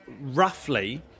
Roughly